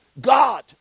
god